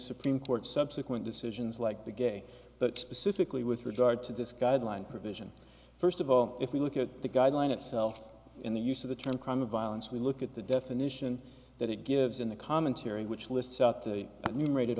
supreme court subsequent decisions like the gay but specific lee with regard to this guideline provision first of all if we look at the guideline itself in the use of the term crime of violence we look at the definition that it gives in the commentary which lists you write it